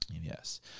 Yes